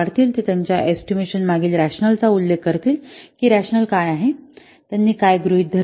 ते त्यांच्या एस्टिमेशन मागील रॅशनल चा उल्लेख करतील की रॅशनल काय आहे त्यांनी काय गृहित धरले आहे